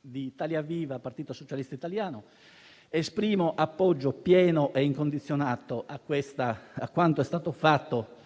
di Italia Viva-Partito Socialista Italiano esprimo l'appoggio pieno e incondizionato a quanto è stato fatto